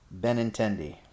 Benintendi